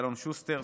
אלון שוסטר,